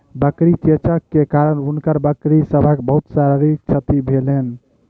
बकरी चेचक के कारण हुनकर बकरी सभक बहुत शारीरिक क्षति भेलैन